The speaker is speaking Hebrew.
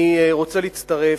אני רוצה להצטרף,